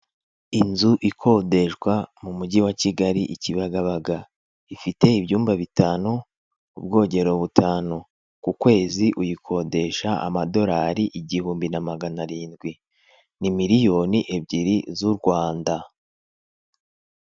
Inzu ikodeshwa mu mujyi wa Kigali, i Kibagabaga, ifite ibyumba bitanu, ubwogero butanu. Ku kwezi uyikodesha amadolari igihumbi na magana arindwi, ni miliyoni ebyiri z'u Rwanda.